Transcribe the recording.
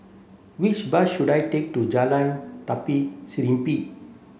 which bus should I take to Jalan Tari Serimpi